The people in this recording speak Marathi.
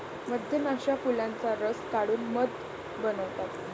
मधमाश्या फुलांचा रस काढून मध बनवतात